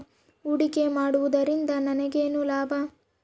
ಹೂಡಿಕೆ ಮಾಡುವುದರಿಂದ ನನಗೇನು ಲಾಭ?